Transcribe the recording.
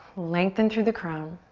lengthen through the crown.